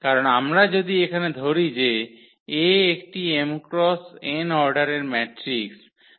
কারণ আমরা যদি এখানে ধরি যে A একটি m x n অর্ডারের ম্যাট্রিক্স এখানে